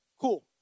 cool